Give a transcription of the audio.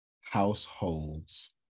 households